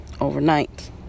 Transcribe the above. overnight